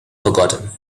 forgotten